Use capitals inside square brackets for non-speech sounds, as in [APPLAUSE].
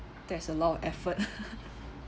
that's a lot of effort [LAUGHS]